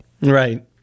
Right